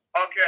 Okay